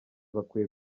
bakwiye